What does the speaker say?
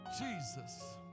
Jesus